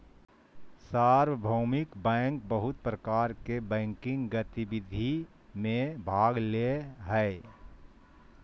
सार्वभौमिक बैंक बहुत प्रकार के बैंकिंग गतिविधि में भाग ले हइ